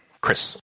Chris